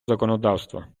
законодавства